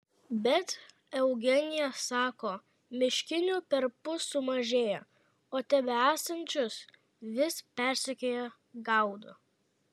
bet eugenija sako miškinių perpus sumažėjo o tebesančius vis persekioja gaudo